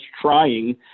trying